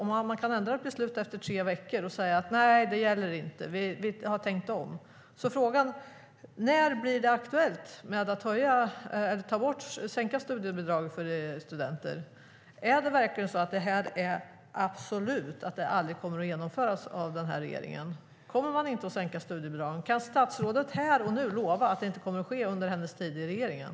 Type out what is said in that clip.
Om man kan ändra ett beslut efter tre veckor och säga att det inte gäller, att man tänkt om, undrar jag: När blir det aktuellt att sänka studiebidragen för studenterna? Är det så att beslutet nu är absolut, att sänkningen inte kommer att genomföras av regeringen? Kommer regeringen inte att sänka studiebidragen? Kan statsrådet här och nu lova att det inte kommer att ske under hennes tid i regeringen?